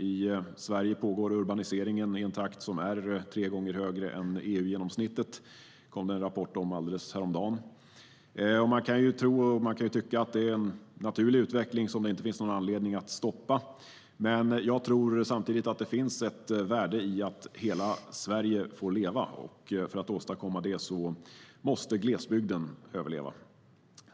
I Sverige pågår urbaniseringen i en takt som är tre gånger högre än EU-genomsnittet. Det kom en rapport om detta alldeles häromdagen. Man kan tro och tycka att det är en naturlig utveckling som det inte finns någon anledning att stoppa. Men jag tror samtidigt att det finns ett värde i att hela Sverige får leva. För att åstadkomma detta måste glesbygden överleva.